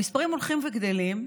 המספרים הולכים וגדלים.